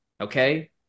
okay